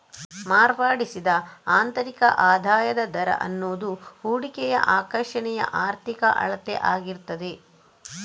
ಮಾರ್ಪಡಿಸಿದ ಆಂತರಿಕ ಆದಾಯದ ದರ ಅನ್ನುದು ಹೂಡಿಕೆಯ ಆಕರ್ಷಣೆಯ ಆರ್ಥಿಕ ಅಳತೆ ಆಗಿರ್ತದೆ